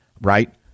right